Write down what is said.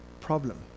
problem